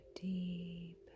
deep